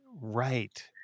Right